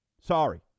Sorry